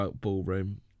Ballroom